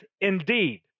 indeed